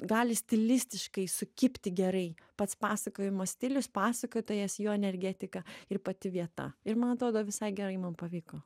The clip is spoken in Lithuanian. gali stilistiškai sukibti gerai pats pasakojimo stilius pasakotojas jo energetika ir pati vieta ir man atrodo visai gerai mum pavyko